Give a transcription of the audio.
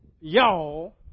y'all